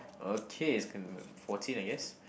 okay it's gonna be fourteen I guess